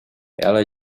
ela